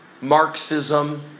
Marxism